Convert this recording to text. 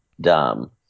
dumb